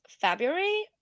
February